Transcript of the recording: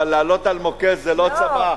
אבל לעלות על מוקש זה לא צבא.